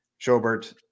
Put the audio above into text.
Schobert